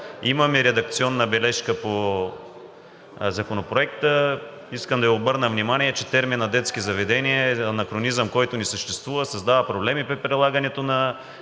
Имам и редакционна бележка по Законопроекта. Искам да обърна внимание, че терминът „детски заведения“ е анахронизъм, който не съществува, създава проблеми при прилагането на